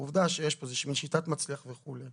העובדה שיש פה שיטת מצליח וכו'.